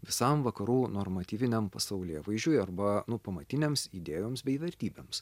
visam vakarų normatyviniam pasaulėvaizdžiui arba nu pamatinėms idėjoms bei vertybėms